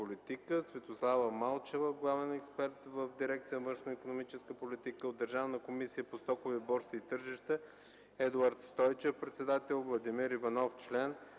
Светослава Малчева – главен експерт в дирекция “Външноикономическа политика”; от Държавната комисия по стокови борси и тържища: Едуард Стойчев – председател, Владимир Иванов – член;